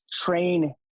train